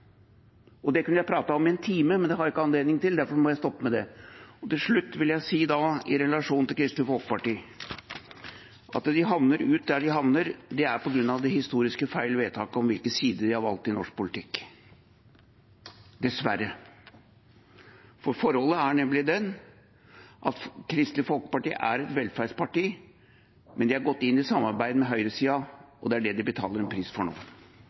Det kunne jeg pratet om i en time, men det har jeg ikke anledning til, og derfor må jeg stoppe med det. Helt til slutt vil jeg si, i relasjon til Kristelig Folkeparti: At de havner der de havner, er på grunn av det historisk feil vedtaket om hvilken side de valgte i norsk politikk – dessverre. For forholdet er nemlig det at Kristelig Folkeparti er et velferdsparti, men de har gått inn i et samarbeid med høyresiden, og det er det de betaler en pris for nå.